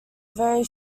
very